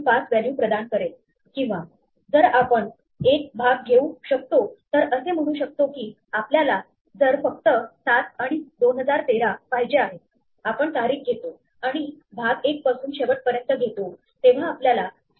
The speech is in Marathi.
5 व्हॅल्यू प्रदान करेल किंवा जर आपण एक भाग घेऊ शकतो तर असे म्हणू शकतो की आपल्याला जर फक्त 7 आणि 2013 पाहिजे आहेत आपण तारीख घेतो आणि भाग एक पासून शेवटपर्यंत घेतो तेव्हा आपल्याला 7 स्वल्पविराम 2013 मिळेल